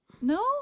no